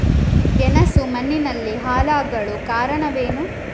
ಗೆಣಸು ಮಣ್ಣಿನಲ್ಲಿ ಹಾಳಾಗಲು ಕಾರಣವೇನು?